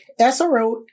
SRO